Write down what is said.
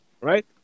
Right